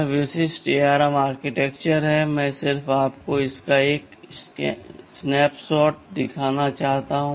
यह विशिष्ट ARM architecture है मैं सिर्फ आपको इसका एक स्नैपशॉट दिखाना चाहता था